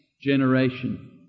generation